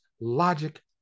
logic